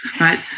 right